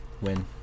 win